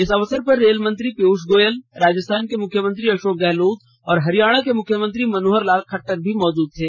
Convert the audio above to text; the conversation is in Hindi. इस अवसर पर रेलमंत्री पीयूष गोयल राजस्थान के मुख्यमंत्री अशोक गहलोत और हरियाणा के मुख्यमंत्री मनोहर लाल खट्टर मौजूद थे